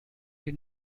did